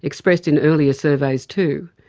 expressed in earlier surveys too,